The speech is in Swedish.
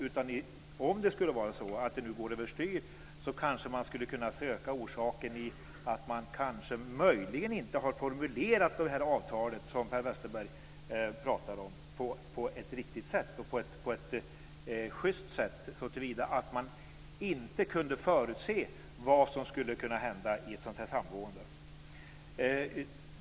Men om det nu skulle vara så att det går över styr skulle man kanske kunna söka orsaken i att man möjligen inte har formulerat det avtal som Per Westerberg pratar om på ett riktigt och ett schyst sätt, såtillvida att man inte kunde förutse vad som skulle kunna hända vid ett sådant här samgående.